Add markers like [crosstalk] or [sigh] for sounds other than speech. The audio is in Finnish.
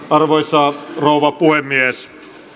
[unintelligible] arvoisa rouva puhemies